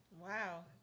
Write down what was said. Wow